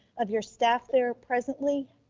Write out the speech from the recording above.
of your staff there presently.